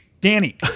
Danny